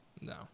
no